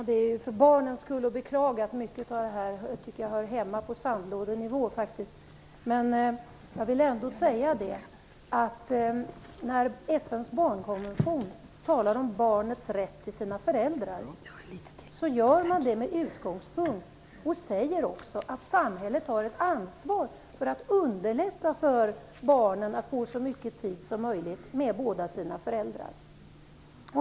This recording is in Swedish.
Fru talman! För barnens skull är det att beklaga att mycket av det som sägs här hör hemma på sandlådenivå. I FN:s barnkonvention talas om barnens rätt till sina föräldrar, men utgångspunkten för detta är att samhället har ett ansvar för att underlätta för barnen att få så mycket tid som möjligt med båda sina föräldrar.